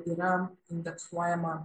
yra indeksuojama